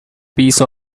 piece